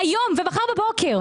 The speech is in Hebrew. היום ומחר בבוקר.